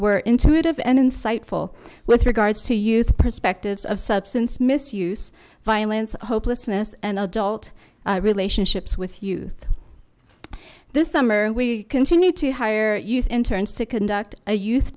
were intuitive and insightful with regards to youth perspectives of substance misuse violence hopelessness and adult relationships with youth this summer we continue to hire youth interns to conduct a youth